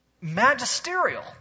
magisterial